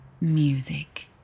music